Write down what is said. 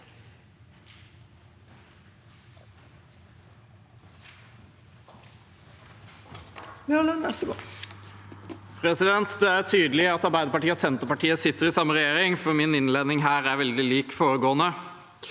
Det er tydelig at Arbeiderpartiet og Senterpartiet sitter i samme regjering, for min innledning er veldig lik den foregående.